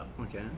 Okay